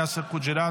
יאסר חוג'יראת,